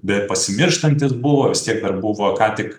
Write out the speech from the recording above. bepasimirštantis buvo vistiek dar buvo ką tik